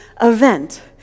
event